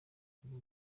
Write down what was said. ubu